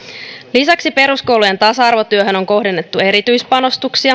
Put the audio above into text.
lisäksi peruskoulujen tasa arvotyöhön on kohdennettu erityispanostuksia